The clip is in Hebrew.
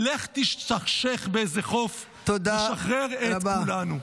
לך תשתכשך באיזה חוף ושחרר את כולנו.